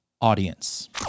audience